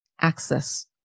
access